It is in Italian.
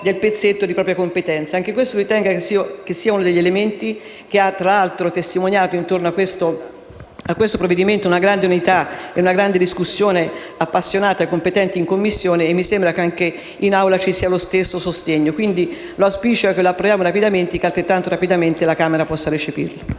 del pezzetto di propria competenza. Ritengo che anche questo sia uno degli elementi che hanno testimoniato, intorno a questo provvedimento, una grande unità e una grande discussione, appassionata e competente, in Commissione e mi sembra che anche in Aula ci sia lo stesso sostegno. L'auspicio è che questo disegno di legge venga approvato rapidamente e che altrettanto rapidamente la Camera possa recepirlo.